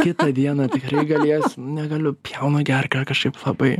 kitą dieną tikrai galėsiu nu negaliu pjauna gerklę kažkaip labai